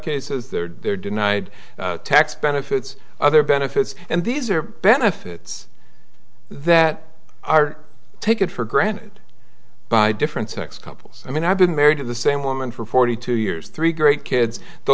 cases there they're denied tax benefits other benefits and these are benefits that are take it for granted by different sex couples i mean i've been married to the same woman for forty two years three great kids the